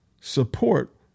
support